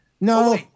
no